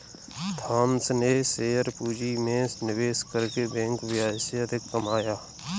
Thomas ने share पूंजी में निवेश करके बैंक ब्याज से अधिक कमाया